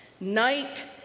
night